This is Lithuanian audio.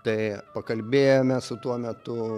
tai pakalbėjome su tuo metu